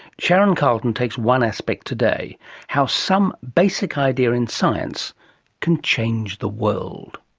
sharon carleton takes one aspect today how some basic idea in science can change the world.